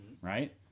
right